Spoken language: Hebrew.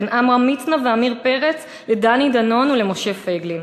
בין עמרם מצנע ועמיר פרץ לדני דנון ולמשה פייגלין?